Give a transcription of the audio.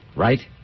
Right